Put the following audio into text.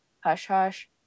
hush-hush